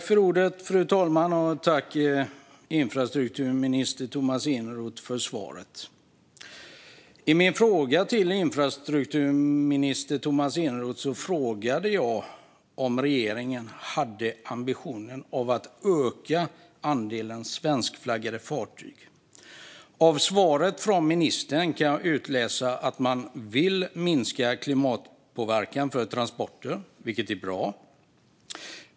Fru talman! Jag tackar infrastrukturminister Tomas Eneroth för svaret. I min fråga till infrastrukturminister Tomas Eneroth frågade jag om regeringen har ambitionen att öka andelen svenskflaggade fartyg. Av svaret från ministern kan jag utläsa att man vill minska klimatpåverkan för transporter, vilket är bra.